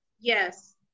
Yes